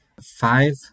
five